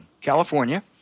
California